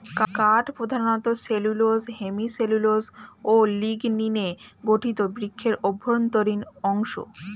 কাঠ প্রধানত cellulose, hemicellulose ও লিগনিনে গঠিত বৃক্ষের অভ্যন্তরীণ অংশ